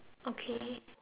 okay